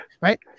right